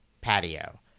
patio